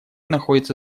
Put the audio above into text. находится